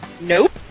Nope